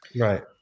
Right